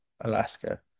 Alaska